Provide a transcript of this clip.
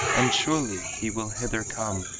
and surely he will hither come,